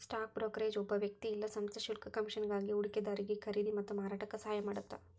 stock brokerage ಒಬ್ಬ ವ್ಯಕ್ತಿ ಇಲ್ಲಾ ಸಂಸ್ಥೆ ಶುಲ್ಕ ಕಮಿಷನ್ಗಾಗಿ ಹೂಡಿಕೆದಾರಿಗಿ ಖರೇದಿ ಮತ್ತ ಮಾರಾಟಕ್ಕ ಸಹಾಯ ಮಾಡತ್ತ